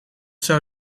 zou